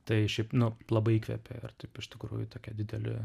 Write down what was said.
tai šiaip nu labai įkvepė ir taip iš tikrųjų tokie dideli